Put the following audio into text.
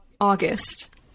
August